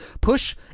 push